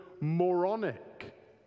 moronic